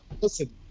listen